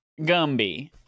Gumby